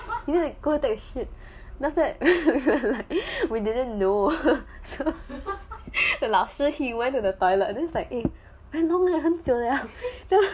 he need to go and shit then after that we didn't know the 老师 he went to the toilet then it's like eh 他去很久 liao